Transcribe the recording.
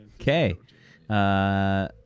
Okay